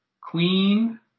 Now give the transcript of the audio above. queen